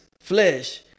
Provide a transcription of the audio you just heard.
flesh